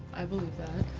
i believe that.